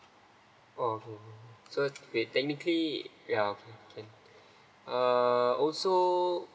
oh okay so technically we're uh also